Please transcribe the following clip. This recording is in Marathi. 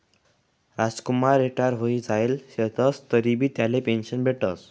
रामकुमार रिटायर व्हयी जायेल शेतंस तरीबी त्यासले पेंशन भेटस